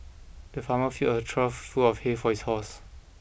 the farmer filled a trough full of hay for his horses